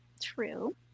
True